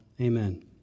Amen